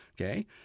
okay